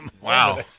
Wow